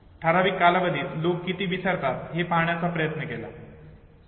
ठराविक कालावधीत लोक किती विसरतात हे पाहण्याचा प्रयत्न केला ठीक आहे